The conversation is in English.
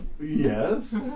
Yes